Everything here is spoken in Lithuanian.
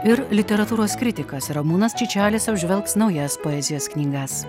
ir literatūros kritikas ramūnas čičelis apžvelgs naujas poezijos knygas